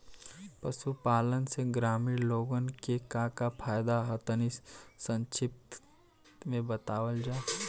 पशुपालन से ग्रामीण लोगन के का का फायदा ह तनि संक्षिप्त में बतावल जा?